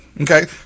Okay